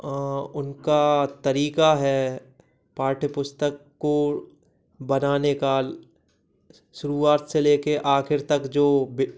उनका तरीका है पाठ्यपुस्तक को बनाने का शुरुआत से लेकर आखिर तक जो